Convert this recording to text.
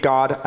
God